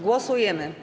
Głosujemy.